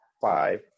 five